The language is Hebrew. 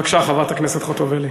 בבקשה, חברת הכנסת חוטובלי.